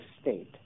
state